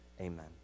Amen